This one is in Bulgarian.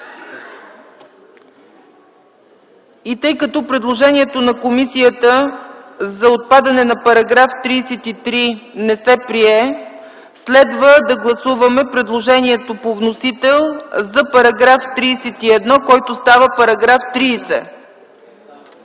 Тъй като предложението на комисията за отпадане на § 33 не се прие, следва да гласуваме предложението по вносител за § 31, който става § 30.